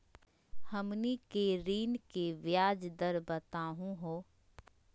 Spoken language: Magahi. हमनी के ऋण के ब्याज दर बताहु हो?